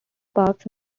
parks